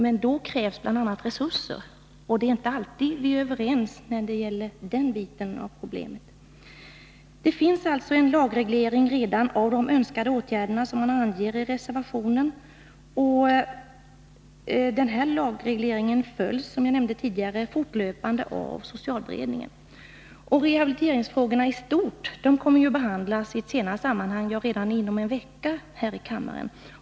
Men då krävs bl.a. resurser — och det är inte alltid som vi är överens när det gäller den delen av problemet. Det finns alltså redan en lagreglering av de åtgärder som önskas i reservationen. Denna lagreglering följs, som jag nämnde tidigare, fortlöpande av socialberedningen. Rehabiliteringsfrågorna i stort kommer ju att behandlas i ett senare sammanhang — ja, redan inom en vecka — här i kammaren.